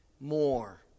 more